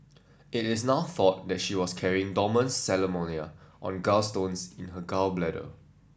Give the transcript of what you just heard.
it is now thought that she was carrying dormant salmonella on gallstones in her gall bladder